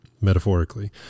metaphorically